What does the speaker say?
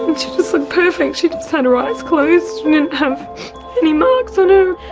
just looked perfect, she just had her eyes closed, she didn't have any marks on her.